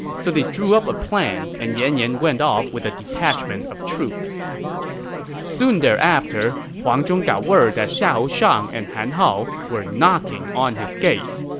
so they drew up a plan, and yan yan went off with a detachment of troops soon thereafter, huang zhong got word that xiahou shang and han hao were knocking on his gates,